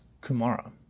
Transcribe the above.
Kumara